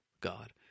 God